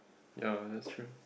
ya that's true